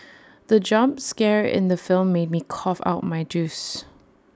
the jump scare in the film made me cough out my juice